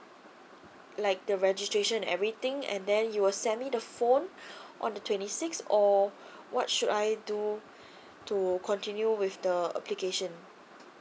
like the registration everything and then you will send me the phone on the twenty six or what should I do to continue with the application